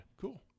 Cool